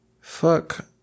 Fuck